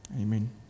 Amen